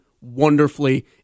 wonderfully